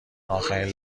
آخرین